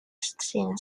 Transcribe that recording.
zine